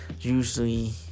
usually